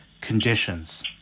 conditions